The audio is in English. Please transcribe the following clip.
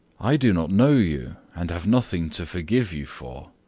i do not know you, and have nothing to forgive you for,